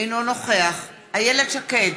אינו נוכח איילת שקד,